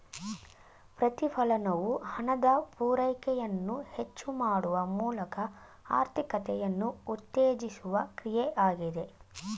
ಪ್ರತಿಫಲನವು ಹಣದ ಪೂರೈಕೆಯನ್ನು ಹೆಚ್ಚು ಮಾಡುವ ಮೂಲಕ ಆರ್ಥಿಕತೆಯನ್ನು ಉತ್ತೇಜಿಸುವ ಕ್ರಿಯೆ ಆಗಿದೆ